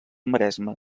maresme